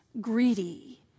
greedy